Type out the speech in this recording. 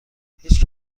هیچ